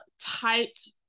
typed